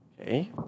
Okay